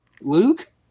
Luke